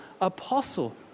apostle